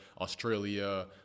Australia